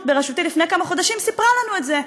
בראשותי לפני כמה חודשים סיפרה לנו את זה.